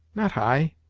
not i.